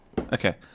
okay